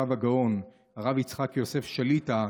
הרב הגאון הרב יצחק יוסף שליט"א,